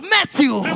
Matthew